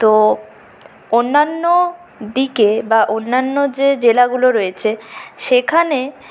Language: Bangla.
তো অন্যান্য দিকে বা অন্যান্য যে জেলাগুলো রয়েছে সেখানে